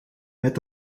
met